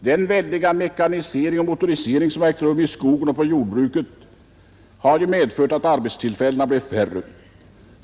Den väldiga mekanisering och motorisering som har ägt rum i skogen och jordbruket har medfört att arbetstillfällena blivit färre.